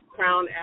Crown